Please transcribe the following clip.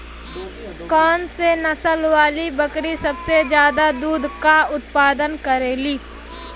कौन से नसल वाली बकरी सबसे ज्यादा दूध क उतपादन करेली?